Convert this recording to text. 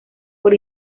por